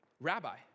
Rabbi